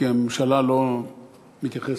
כי הממשלה לא מתייחסת,